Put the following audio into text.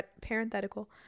parenthetical